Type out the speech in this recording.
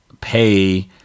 pay